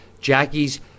Jackie's